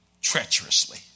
treacherously